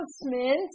announcement